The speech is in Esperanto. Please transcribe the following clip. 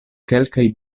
kelkaj